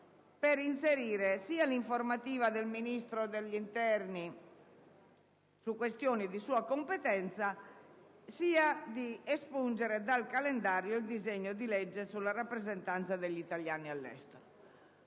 per inserirvi l'informativa del Ministro dell'interno su questioni di sua competenza sia per espungere dal calendario il disegno di legge sulla rappresentanza degli italiani all'estero.